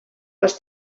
les